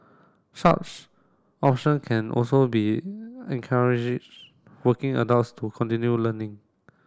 such option can also be encourages working adults to continue learning